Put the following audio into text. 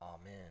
Amen